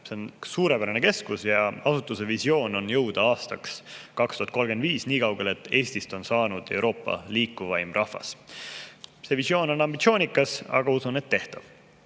See on suurepärane keskus. Asutuse visioon on jõuda aastaks 2035 niikaugele, et Eestist on saanud Euroopa liikuvaim rahvas. See visioon on ambitsioonikas, aga usun, et tehtav.